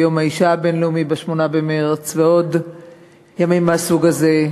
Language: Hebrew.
ביום האישה הבין-לאומי ב-8 במרס ועוד ימים מהסוג הזה.